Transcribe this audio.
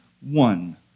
one